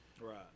right